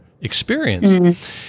experience